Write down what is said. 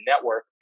network